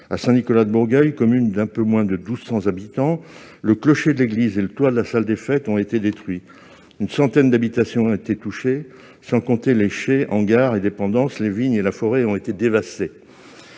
À Saint-Nicolas-de-Bourgueil, commune d'un peu moins de 1 200 habitants, le clocher de l'église et le toit de la salle des fêtes ont été détruits. Une centaine d'habitations a été touchée, sans compter les chais, hangars et dépendances. Les vignes et la forêt ont été dévastées.